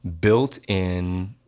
built-in –